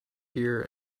gear